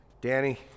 Danny